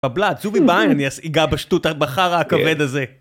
בבלת זובי בעין אני אגע בשטוט בחרא הכבד הזה